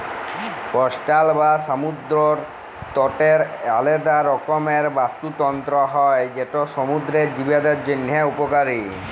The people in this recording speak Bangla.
কস্টাল বা সমুদ্দর তটের আলেদা রকমের বাস্তুতলত্র হ্যয় যেট সমুদ্দুরের জীবদের জ্যনহে উপকারী